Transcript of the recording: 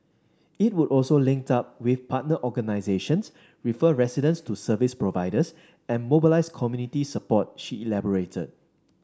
it would also link up with partner organisations refer residents to service providers and mobilise community support she elaborated